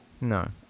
No